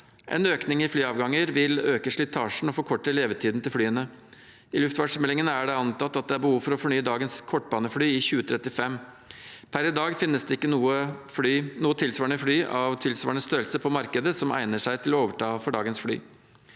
En økning i flyavganger vil øke slitasjen og forkorte levetiden til flyene. I luftfartsmeldingen er det antatt at det er behov for å fornye dagens kortbanefly i 2035. Per i dag finnes det ikke nye fly av tilsvarende størrelse på markedet som egner seg til å overta for dagens fly.